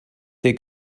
der